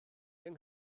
yng